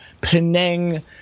Penang